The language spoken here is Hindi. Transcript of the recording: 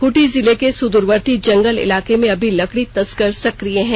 खूंटी जिले के सुदूरवर्ती जंगल इलाकों में अब भी लकड़ी तस्कर सक्रिय हैं